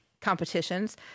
Competitions